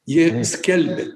jie skelbia